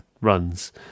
runs